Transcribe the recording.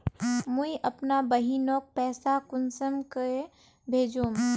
मुई अपना बहिनोक पैसा कुंसम के भेजुम?